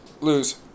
Lose